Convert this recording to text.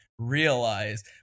realize